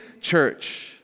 church